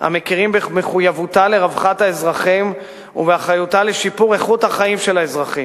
המכירה במחויבותה לרווחת אזרחיה ובאחריותה לשיפור איכות חייהם.